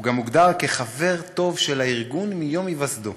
הוא גם הוגדר "חבר טוב של הארגון מיום היווסדו".